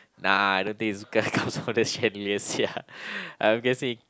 nah I don't think it's because of the chandelier Sia I am guessing